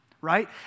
right